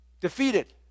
Defeated